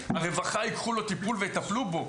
הרווחה תיקח אותו לטיפול ויטפלו בו.